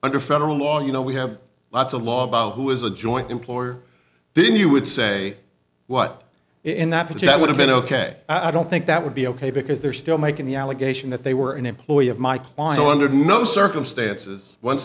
under federal law you know we have lots of laws about who is a joint employer then you would say what in that particular would have been ok i don't think that would be ok because they're still making the allegation that they were an employee of my client wondered no circumstances once